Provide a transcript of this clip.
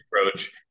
approach